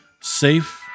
safe